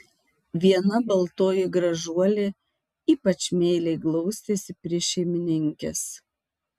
viena baltoji gražuolė ypač meiliai glaustėsi prie šeimininkės